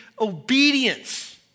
obedience